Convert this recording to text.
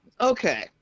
Okay